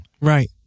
Right